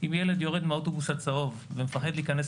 אם ילד יורד מהאוטובוס הצהוב ומפחד להיכנס